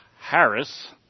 Harris